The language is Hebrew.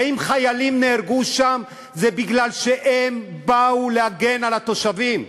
ואם חיילים נהרגו שם זה כי הם באו להגן על התושבים,